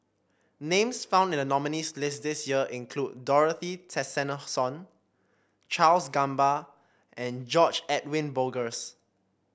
names found in the nominees' list this year include Dorothy Tessensohn Charles Gamba and George Edwin Bogaars